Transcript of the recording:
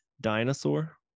dinosaur